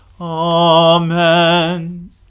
Amen